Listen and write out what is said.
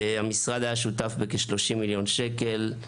המשרד היה שותף בכ-30 מיליון שקלים.